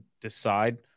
decide